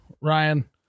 Ryan